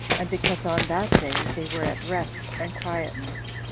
and because on that day they were at rest and quietness